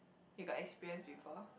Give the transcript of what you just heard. you got experience before